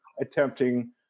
attempting